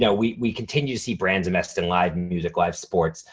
yeah we we continue to see brands invest in live music, live sports.